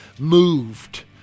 moved